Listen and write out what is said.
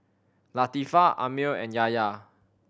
Latifa Ammir and Yahya